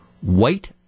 white